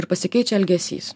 ir pasikeičia elgesys